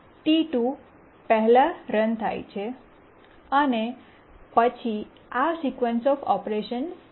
T2 પહેલા run થાય છે અને પછી આ સીક્વન્સ ઓફ ઓપરેશન્સ છે